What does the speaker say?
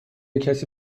کسی